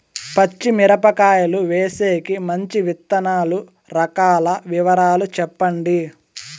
పచ్చి మిరపకాయలు వేసేకి మంచి విత్తనాలు రకాల వివరాలు చెప్పండి?